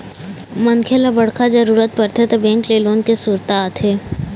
मनखे ल बड़का जरूरत परथे त बेंक के लोन के सुरता आथे